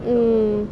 mm